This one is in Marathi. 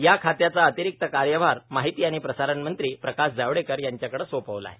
या खात्याचा अतिरिक्त कार्यभार माहिती आणि प्रसारणमंत्री प्रकाश जावडेकर यांच्याकडे सोपवला आहे